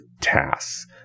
tasks